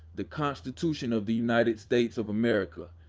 the constitution of the united states of america,